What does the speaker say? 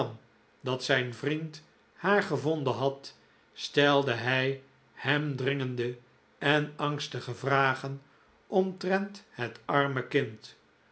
dat zijn vriend haar gevonden had stelde hij hem dringende en angstige vragen omtrent het arme kind